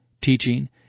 teaching